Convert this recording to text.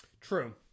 True